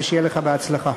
ושיהיה לך בהצלחה.